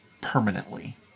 permanently